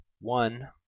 one